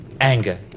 anger